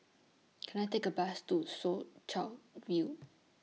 Can I Take A Bus to Soo Chow View